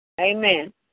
Amen